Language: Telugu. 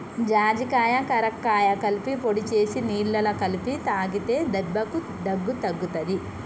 జాజికాయ కరక్కాయ కలిపి పొడి చేసి నీళ్లల్ల కలిపి తాగితే దెబ్బకు దగ్గు తగ్గుతది